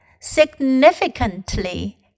significantly